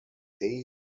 day